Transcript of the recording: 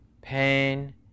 pain